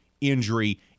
injury